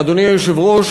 אדוני היושב-ראש,